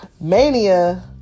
Mania